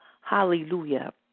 Hallelujah